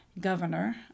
governor